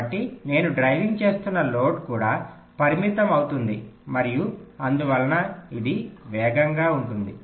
కాబట్టి నేను డ్రైవింగ్ చేస్తున్న లోడ్ కూడా పరిమితం అవుతుంది మరియు అందువలన ఇది వేగంగా ఉంటుంది